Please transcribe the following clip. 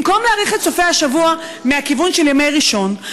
במקום להאריך את סופי השבוע מהכיוון של ימי ראשון,